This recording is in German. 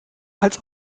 als